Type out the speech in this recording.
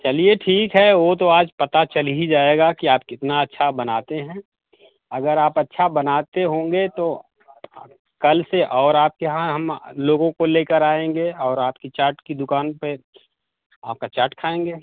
चलिए ठीक है वो तो आज पता चल ही जाएगा कि आप कितना अच्छा बनाते हैं अगर आप अच्छा बनाते होंगे तो कल से और आपके यहाँ हम अ लोगों को ले कर आएंगे और आपकी चाट की दुकान पर आपका चाट खाएंगे